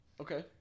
Okay